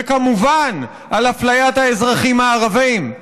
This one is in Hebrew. וכמובן, על אפליית האזרחים הערבים.